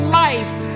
life